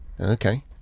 Okay